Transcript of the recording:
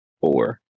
four